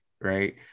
right